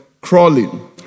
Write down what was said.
crawling